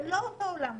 זה לא אותו עולם מושגים.